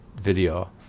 video